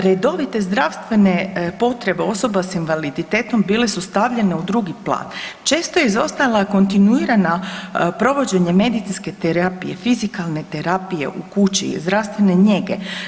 Redovite zdravstvene potrebe osoba s invaliditetom bile su stavljene u drugi plan, često je izostala kontinuirana provođenje medicinske terapije, fizikalne terapije u kući, zdravstvene njege.